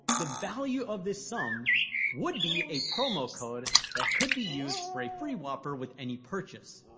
the value of the sum would be a promo code, that could be used for a free whopper with any purchase.